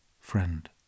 Friend